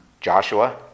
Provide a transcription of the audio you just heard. Joshua